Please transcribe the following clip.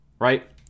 right